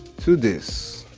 to this.